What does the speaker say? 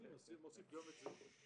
הוספתי גם את זה.